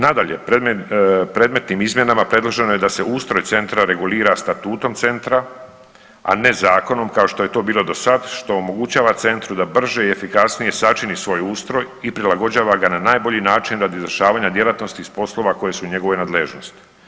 Nadalje, predmetnim izmjenama predloženo je da se ustroj centra regulira statutom centra, a ne zakonom kao što je to bilo sada što omogućava centru da brže i efikasnije sačini svoj ustroj i prilagođava ga na najbolji način radi izvršavanja djelatnosti iz poslova koje su njegovoj nadležnosti.